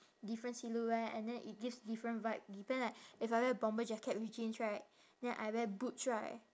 different silhouette and then it gives different vibe depend like if I wear bomber jacket with jeans right then I wear boots right